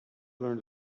learn